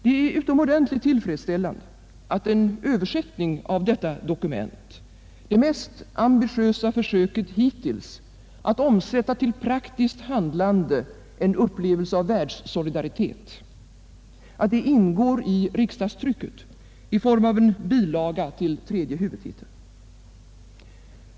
Det är utomordentligt tillfredsställande att en översättning av dessa dokument — det mest ambitiösa försöket hittills att til. praktiskt handlande omsätta en upplevelse av världssolidaritet — återfinns i riksdagstrycket i form av en bilaga till tredje huvudtiteln.